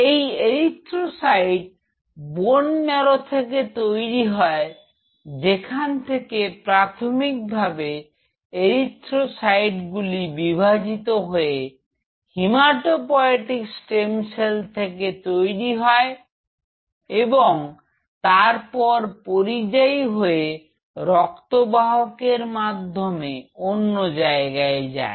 এই erythrocyte bone marrow থেকে তৈরি হয় যেখান থেকে প্রাথমিকভাবে এরিথ্রোসাইট গুলি বিভাজিত হয়ে হিমাটোপয়েটিক স্টেম সেল থেকে তৈরি হয় এবং তারপর পরিযায়ী হয়ে রক্ত বাহকের মাধ্যমে অন্য জায়গায় যায়